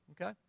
okay